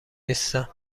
نیستم